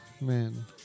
man